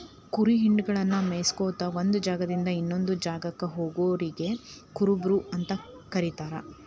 ಕುರಿ ಹಿಂಡಗಳನ್ನ ಮೇಯಿಸ್ಕೊತ ಒಂದ್ ಜಾಗದಿಂದ ಇನ್ನೊಂದ್ ಜಾಗಕ್ಕ ಹೋಗೋರಿಗೆ ಕುರುಬರು ಅಂತ ಕರೇತಾರ